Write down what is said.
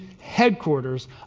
headquarters